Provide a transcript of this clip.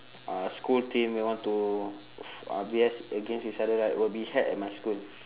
uh school team they want to f~ uh V S against each other right will be held at my school